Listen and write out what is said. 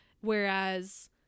whereas